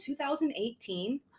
2018